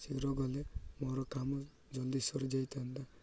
ସେ ଗଲେ ମୋର କାମ ଜଲ୍ଦି ସରିଯାଇଥାନ୍ତା